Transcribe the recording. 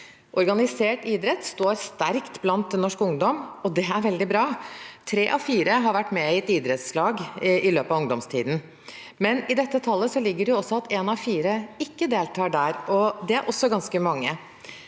Organisert idrett står sterkt blant norsk ungdom, og det er veldig bra. Tre av fire har vært med i et idrettslag i løpet av ungdomstiden, men i dette tallet ligger det også at én av fire ikke deltar der, og det er også ganske mange.